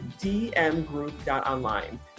dmgroup.online